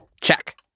Check